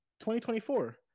2024